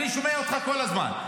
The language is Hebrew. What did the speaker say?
אני שומע אותך כל הזמן.